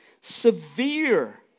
Severe